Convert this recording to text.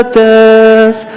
death